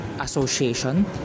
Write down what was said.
association